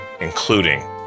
including